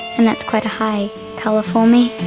and that's quite a high colour for me.